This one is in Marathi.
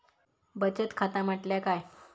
बचत खाता म्हटल्या काय?